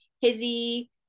Hizzy